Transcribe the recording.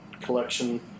collection